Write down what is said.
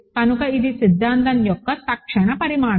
కనుక ఇది సిద్ధాంతం యొక్క తక్షణ పరిణామం